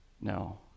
no